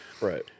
Right